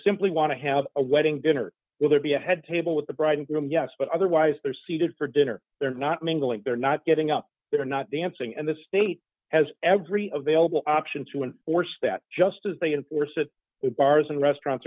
simply want to have a wedding dinner will there be a head table with the bride and groom yes but otherwise they're seated for dinner they're not mingling they're not getting up they're not dancing and the state has every available option to enforce that just as they enforce it with bars and restaurants